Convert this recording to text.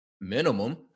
Minimum